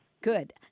Good